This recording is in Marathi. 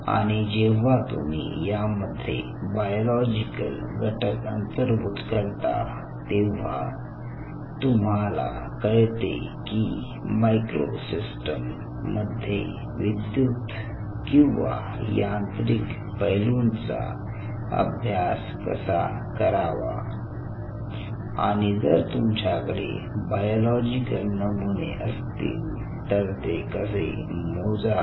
आणि जेव्हा तुम्ही यामध्ये बायलॉजिकल घटक अंतर्भूत करता तेव्हा तुम्हाला कळते की मायक्रो सिस्टम मध्ये विद्युत किंवा यांत्रिक पैलूंचा अभ्यास कसा करावा आणि जर तुमच्याकडे बायोलॉजिकल नमुने असतील तर ते कसे मोजावे